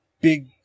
big